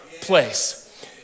place